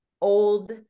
old